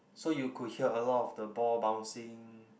so you could hear a lot of the ball bouncing